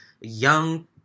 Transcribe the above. young